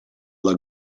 alla